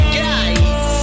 guys